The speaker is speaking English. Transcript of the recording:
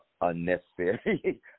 unnecessary